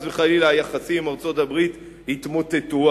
וחלילה היחסים עם ארצות-הברית יתמוטטו,